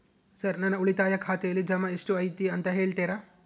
Sir ನನ್ನ ಉಳಿತಾಯ ಖಾತೆಯಲ್ಲಿ ಜಮಾ ಎಷ್ಟು ಐತಿ ಅಂತ ಹೇಳ್ತೇರಾ?